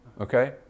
okay